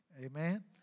Amen